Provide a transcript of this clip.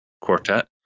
quartet